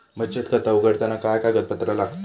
बचत खाता उघडताना काय कागदपत्रा लागतत?